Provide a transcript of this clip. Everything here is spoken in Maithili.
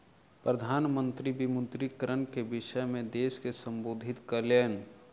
प्रधान मंत्री विमुद्रीकरण के विषय में देश के सम्बोधित कयलैन